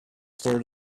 sort